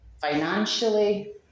Financially